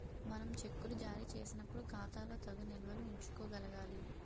మనం చెక్కులు జారీ చేసినప్పుడు ఖాతాలో తగు నిల్వలు ఉంచుకోగలగాలి